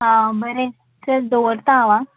आं बरें चल दवरतां हांव आं